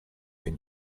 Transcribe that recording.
been